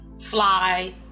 fly